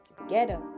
together